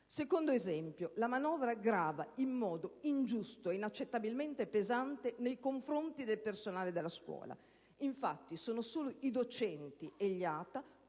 Secondo esempio: la manovra grava in modo ingiusto e inaccettabilmente pesante nei confronti del personale della scuola; infatti, sono solo i docenti e il